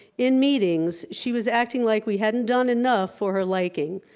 in meetings, she was acting like we hadn't done enough for her liking.